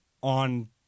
on